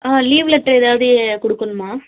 ஆ leave letter எதாவது கொடுக்கணுமா